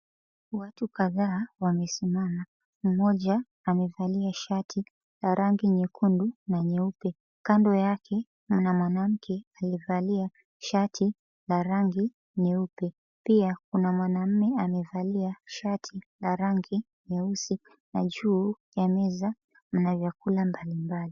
Watu kadhaa wamesimama. Mmoja amevalia shati la rangi nyekundu na nyeupe. Kando yake mna mwanamke aliyevalia shati la rangi nyeupe. Pia kuna mwanamume amevalia shati la rangi nyeusi, na juu ya meza mna vyakula mbalimbali.